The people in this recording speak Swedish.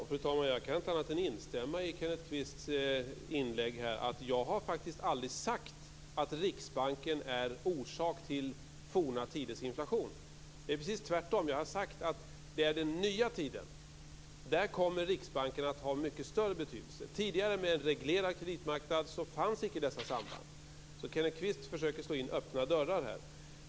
Fru talman! Jag kan inte annat än instämma i Kenneth Kvists inlägg. Jag har faktiskt aldrig sagt att Riksbanken är orsak till forna tiders inflation. Det är precis tvärtom. Jag har sagt att i den nya tiden kommer Riksbanken att ha mycket större betydelse. Tidigare, med en reglerad kreditmarknad, fanns icke dessa samband. Kenneth Kvist försöker slå in öppna dörrar här.